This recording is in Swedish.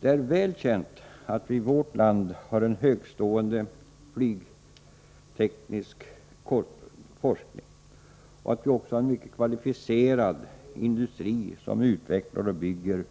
Det är väl känt att vi i vårt land har en högstående flygteknisk forskning och att vi har en mycket kvalificerad industri som utvecklar och bygger